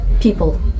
people